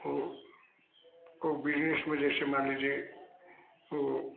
ओ तो बिजनेस में जैसे मान लीजिए ओ